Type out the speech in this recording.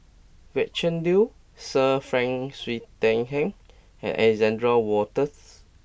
Gretchen Liu Sir Frank Swettenham and Alexander Wolters